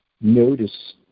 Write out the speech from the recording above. Notice